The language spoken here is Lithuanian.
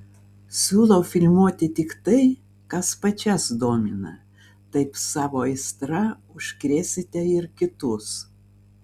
siūlau filmuoti tik tai kas pačias domina taip savo aistra užkrėsite ir kitus